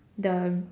the